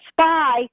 spy